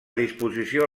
disposició